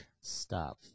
Stop